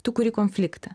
tu kuri konfliktą